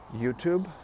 YouTube